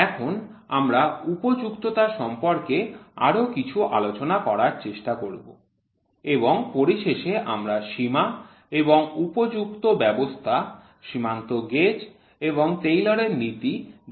এখন আমরা উপযুক্ততা সম্পর্কে আরও কিছু আলোচনা করার চেষ্টা করব এবং পরিশেষে আমরা সীমা এবং উপযুক্ত ব্যবস্থা সীমান্ত গেজ এবং টেইলরের নীতি দেখতে পাব